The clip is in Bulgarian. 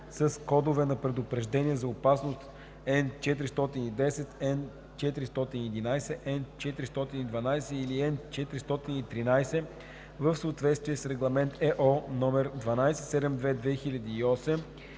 с код на предупреждение за опасност Н410, Н411 или Н412 в съответствие с Регламент (ЕО) № 1272/2008,